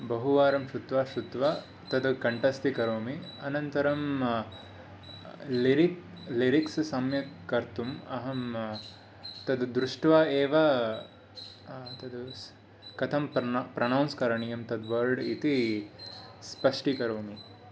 बहु वारं श्रुत्वा श्रुत्वा तद् कण्ठस्थीकरोमि अनन्तरं लिरिक् लिरिक्स् सम्यक् कर्तुम् अहं तद् दृष्ट्वा एव तद् कथं प्रोनौन् प्रोनौन्स् करणीयं तद् वर्ड् इति स्पष्टी करोमि